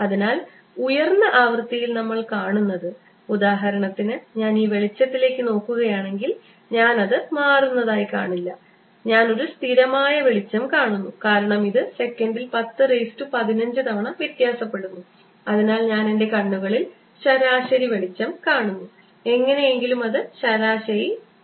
അതിനാൽ ഉയർന്ന ആവൃത്തിയിൽ നമ്മൾ കാണുന്നത് ഉദാഹരണത്തിന് ഞാൻ ഈ വെളിച്ചത്തിലേക്ക് നോക്കുകയാണെങ്കിൽ ഞാൻ അത് മാറുന്നതായി കാണുന്നില്ല ഞാൻ ഒരു സ്ഥിരമായ വെളിച്ചം കാണുന്നു കാരണം ഇത് സെക്കന്റിൽ പത്ത് റെയ്സ്സ് ടു പതിനഞ്ച് തവണ വ്യത്യാസപ്പെടുന്നു അതിനാൽ ഞാൻ എന്റെ കണ്ണുകളിൽ ശരാശരി വെളിച്ചം കാണുന്നു എങ്ങനെയെങ്കിലും അത് ശരാശരി ആയി കാണിക്കുന്നു